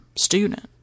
student